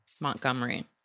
Montgomery